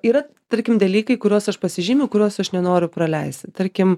yra tarkim dalykai kuriuos aš pasižymiu kuriuos aš nenoriu praleisti tarkim